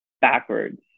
backwards